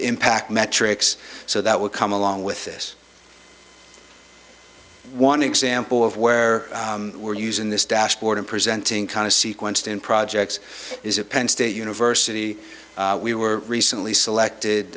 impact metrics so that would come along with this one example of where we're using this dashboard and presenting kind of sequenced in projects is a penn state university we were recently selected